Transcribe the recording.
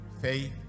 faith